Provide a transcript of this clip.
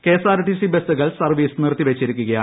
KSRTC ബസുകൾ service നിർത്തി വച്ചിരിക്കുകയാണ്